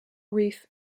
reef